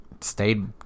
Stayed